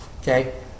Okay